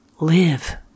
Live